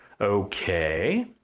Okay